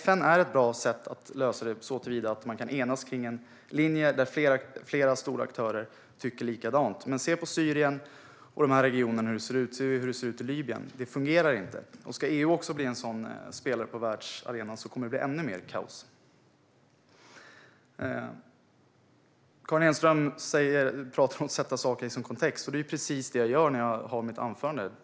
FN är ett bra sätt att lösa det såtillvida att man kan enas kring en linje där flera stora aktörer tycker likadant. Men se på hur det ser ut i Syrien och i den regionen och i Libyen. Det fungerar inte. Ska EU också bli en sådan spelare på världsarenan kommer det att bli ännu mer kaos. Karin Enström talar om att sätta saker i sin kontext. Det är precis det jag gör när jag har mitt anförande.